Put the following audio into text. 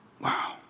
Wow